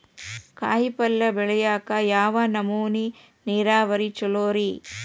ಕಾಯಿಪಲ್ಯ ಬೆಳಿಯಾಕ ಯಾವ ನಮೂನಿ ನೇರಾವರಿ ಛಲೋ ರಿ?